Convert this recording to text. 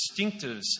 distinctives